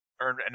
earn